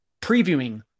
previewing